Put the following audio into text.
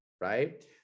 right